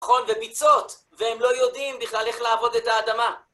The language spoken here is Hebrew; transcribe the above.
וביצות, והם לא יודעים בכלל איך לעבוד את האדמה.